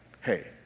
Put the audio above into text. Hey